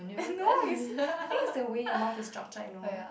uh no you see I think is the way your mouth is structured you know